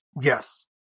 Yes